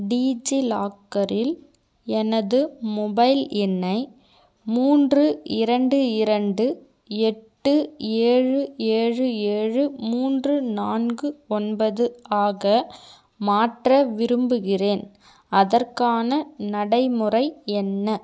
டிஜிலாக்கரில் எனது மொபைல் எண்ணை மூன்று இரண்டு இரண்டு எட்டு ஏழு ஏழு ஏழு மூன்று நான்கு ஒன்பது ஆக மாற்ற விரும்புகிறேன் அதற்கான நடைமுறை என்ன